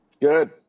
Good